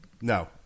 No